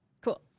Cool